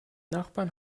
nachbarn